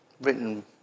Written